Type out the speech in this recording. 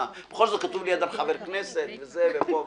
כי בכל זאת כתוב שאני חבר כנסת ופה ושם.